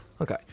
Okay